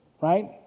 Right